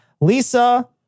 Lisa